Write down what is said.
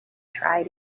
try